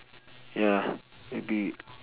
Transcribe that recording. ya agreed